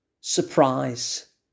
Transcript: surprise